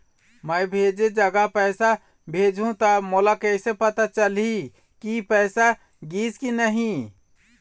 मैं भेजे जगह पैसा भेजहूं त मोला कैसे पता चलही की पैसा गिस कि नहीं?